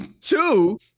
Two